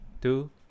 two